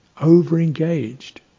over-engaged